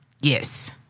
Yes